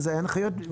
זה הנחיות.